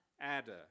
adder